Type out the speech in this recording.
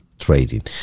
trading